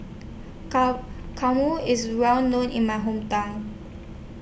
Kurma IS Well known in My Hometown